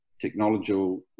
technological